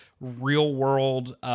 real-world